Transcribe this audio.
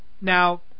Now